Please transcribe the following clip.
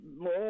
more